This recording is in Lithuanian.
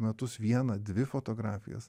metus vieną dvi fotografijas